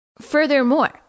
Furthermore